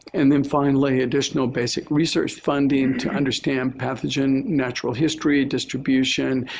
and then finally, additional basic research funding to understand pathogen natural history, distribution,